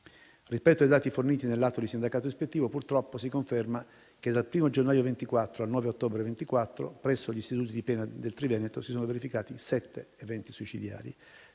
Rispetto ai dati forniti dall'atto di sindacato ispettivo purtroppo si conferma che dal 1° gennaio al 9 ottobre 2024, presso gli istituti di pena del Triveneto si sono verificati sette eventi suicidari,